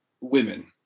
women